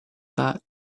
that